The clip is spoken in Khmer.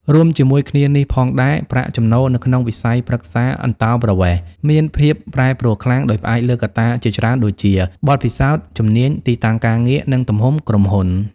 រួមជាមួយគ្នានេះផងដែរ ប្រាក់ចំណូលនៅក្នុងវិស័យប្រឹក្សាអន្តោប្រវេសន៍មានភាពប្រែប្រួលខ្លាំង ដោយផ្អែកលើកត្តាជាច្រើនដូចជា បទពិសោធន៍ ជំនាញ ទីតាំងការងារ និងទំហំក្រុមហ៊ុន។